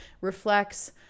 reflects